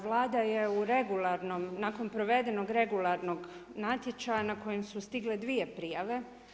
Vlada je u regularnom, nakon provedenog regularnog natječaja, na kojem su stigle 2 prijave.